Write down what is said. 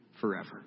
forever